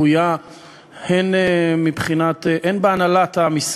אין בעיה עם זה, נכון?